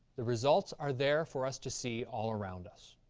the results are there for us to see all around us.